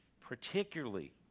particularly